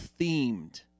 themed